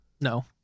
No